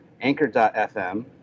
Anchor.fm